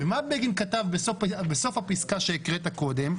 ומה בגין כתב בסוף הפסקה שהקראת קודם?